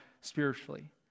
spiritually